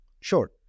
Sure